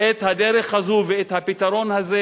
את הדרך הזאת ואת הפתרון הזה,